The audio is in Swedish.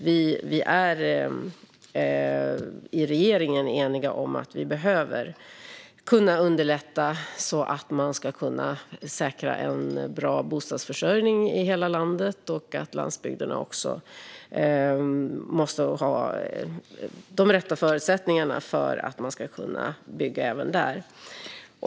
Vi är i regeringen eniga om att vi behöver underlätta för att man ska kunna säkra en bra bostadsförsörjning i hela landet. Landsbygden måste ha de rätta förutsättningarna för att man ska kunna bygga även där.